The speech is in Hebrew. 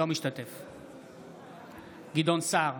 אינו משתתף בהצבעה גדעון סער,